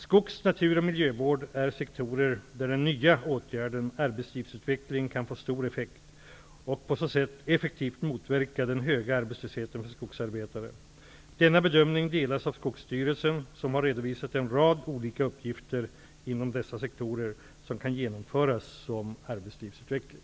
Skogs-, natur och miljövård är sektorer där den nya åtgärden arbetslivsutveckling kan få stor effekt och på så sätt effektivt motverka den höga arbetslösheten för skogsarbetare. Denna bedömning delas av Skogsstyrelsen, som har redovisat en rad olika uppgifter inom dessa sektorer som kan genomföras som arbetslivsutveckling.